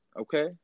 okay